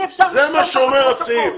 אי אפשר לשמוע את הפרוטוקול.